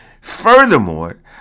Furthermore